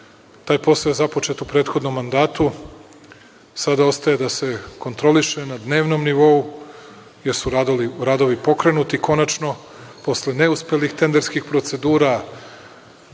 taj posao je započet u prethodnom mandatu, sada ostaje da se kontroliše na dnevnom nivou, jer su radovi pokrenuti konačno, posle neuspelih tenderskih procedura,